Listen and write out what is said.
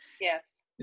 yes